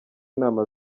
inama